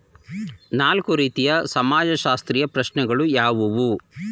ನಾಲ್ಕು ರೀತಿಯ ಸಮಾಜಶಾಸ್ತ್ರೀಯ ಪ್ರಶ್ನೆಗಳು ಯಾವುವು?